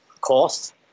cost